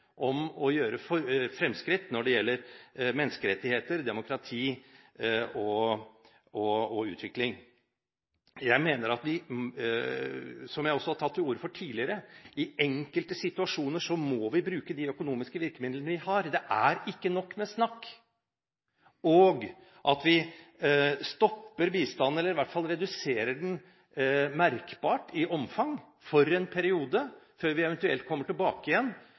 om å gjøre fremskritt når det gjelder menneskerettigheter, demokrati og utvikling. Som jeg også har tatt til orde for tidligere, mener jeg at i enkelte situasjoner må vi bruke de økonomiske virkemidlene vi har – det er ikke nok med snakk – og stoppe bistanden, eller i hvert fall redusere den merkbart i omfang for en periode, før vi eventuelt kommer tilbake igjen